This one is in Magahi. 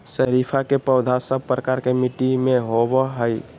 शरीफा के पौधा सब प्रकार के मिट्टी में होवअ हई